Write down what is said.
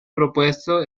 propuesto